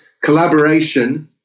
collaboration